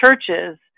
churches